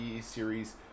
series